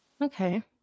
okay